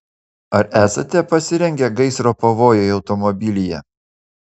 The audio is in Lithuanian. ar esate pasirengę gaisro pavojui automobilyje